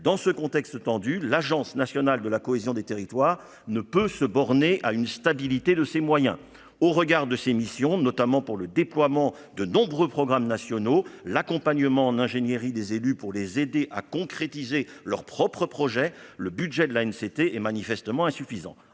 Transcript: dans ce contexte tendu, l'Agence nationale de la cohésion des territoires ne peut se borner à une stabilité de ses moyens, au regard de ses missions, notamment pour le déploiement de nombreux programmes nationaux, l'accompagnement en ingénierie des élus pour les aider à concrétiser leurs propres projets, le budget de la une, c'était est manifestement insuffisant,